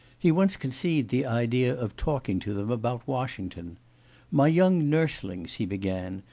he once conceived the idea of talking to them about washington my young nurslings he began,